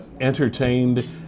entertained